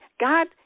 God